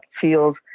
feels